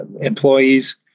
employees